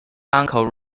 uncle